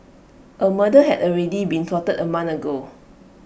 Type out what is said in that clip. A murder had already been plotted A month ago